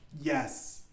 Yes